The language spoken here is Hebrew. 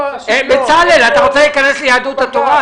בצלאל, אתה רוצה להיכנס ליהדות התורה?